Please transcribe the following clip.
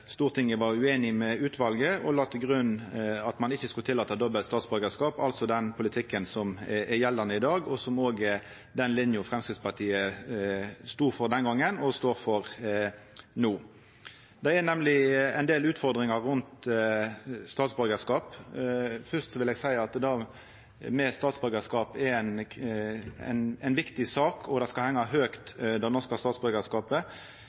Stortinget var ueinig med utvalet og la til grunn at ein ikkje skulle tillata dobbel statsborgarskap, altså den politikken som er gjeldande i dag, og som òg er den linja som Framstegspartiet stod for den gongen, og står for no. Det er nemleg ein del utfordringar rundt ein statsborgarskap. Først vil eg seia at det med statsborgarskap er ei viktig sak, og den norske statsborgarskapen skal hengja høgt. Det